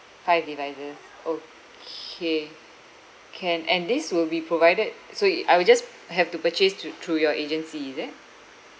five devices okay can and this will be provided so we I will just have to purchase through through your agency is it